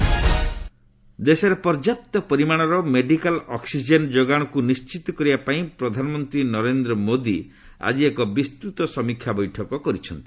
PM oxygen ଦେଶରେ ପର୍ଯ୍ୟାପ୍ତ ପରିମାଣର ମେଡିକାଲ୍ ଅକ୍ସିଜେନ୍ ଯୋଗାଣକୁ ନିଶ୍ଚିତ କରିବା ପାଇଁ ପ୍ରଧାନମନ୍ତ୍ରୀ ନରେନ୍ଦ୍ର ମୋଦୀ ଆଜି ଏକ ବିସ୍ତୃତ ସମୀକ୍ଷା ବୈଠକ କରିଛନ୍ତି